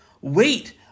Wait